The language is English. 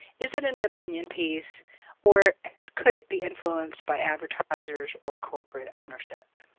is it an opinion piece or could it be influenced by advertisers or corporate ownership?